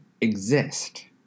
exist